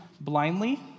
blindly